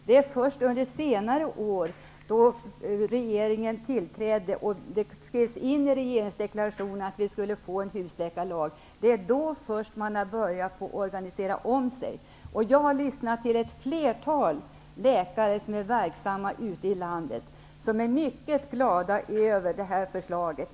Det är först under senare år då den nya regeringen tillträtt och det skrevs in i regeringsdeklarationen att vi skulle få en husläkarlag som man har börjat organisera om sig. Jag har lyssnat till ett flertal läkare som är verksamma ute i landet och som är mycket glada över det här förslaget.